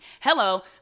Hello